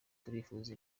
turifuza